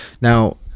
now